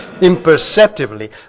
imperceptibly